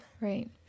Right